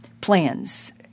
plans